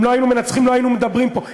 אם לא היינו מנצחים, לא היינו מדברים פה.